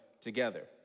together